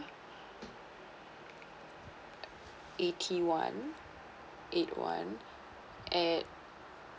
eighty one eight one at